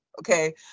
Okay